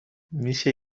میشه